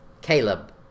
Caleb